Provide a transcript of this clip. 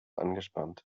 angespannt